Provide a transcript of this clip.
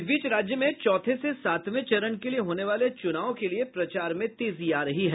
इस बीच राज्य में चौथे से सातवें चरण के लिए होने वाले चुनाव के लिए प्रचार में तेजी आ रही है